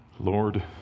Lord